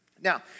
Now